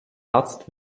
arzt